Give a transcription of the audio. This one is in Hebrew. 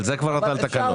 אבל זה כבר לתקנות.